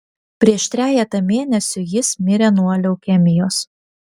prieš trejetą mėnesių jis mirė nuo leukemijos